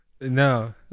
No